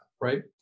right